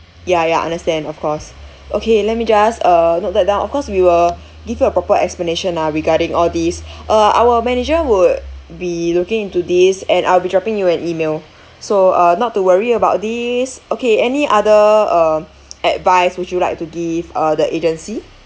ya ya understand of course okay let me just uh note that down of course we will give you a proper explanation ah regarding all these uh our manager would be looking into this and I'll be dropping you an email so uh not to worry about this okay any other um advice would you like to give uh the agency